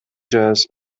jazz